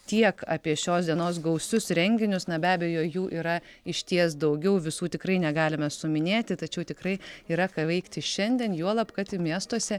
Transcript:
tiek apie šios dienos gausius renginius na be abejo jų yra išties daugiau visų tikrai negalime suminėti tačiau tikrai yra ką veikti šiandien juolab kad miestuose